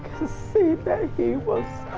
see that he was.